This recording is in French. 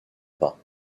pas